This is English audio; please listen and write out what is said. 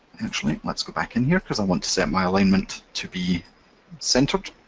actually, let's go back in here because i want to set my alignment to be centered.